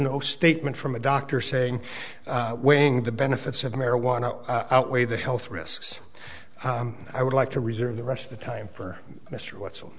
no statement from a doctor saying weighing the benefits of marijuana outweigh the health risks and i would like to reserve the rest of the time for mr watso